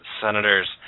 senators –